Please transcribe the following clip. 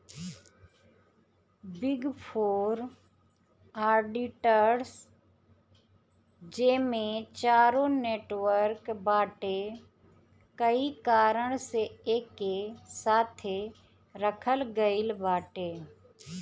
big four auditors जेमे चारो network बाटे कई कारण से एके साथे रखल गईल बाटे